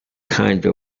kinda